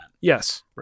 Yes